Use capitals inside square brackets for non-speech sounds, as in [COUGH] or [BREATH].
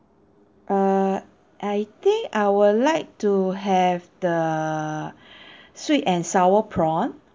err I think I would like to have the [BREATH] sweet and sour prawn